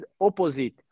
opposite